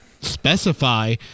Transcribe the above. specify